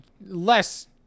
Less